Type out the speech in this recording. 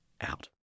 out